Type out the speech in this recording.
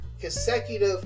consecutive